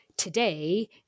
today